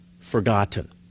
forgotten